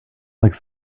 like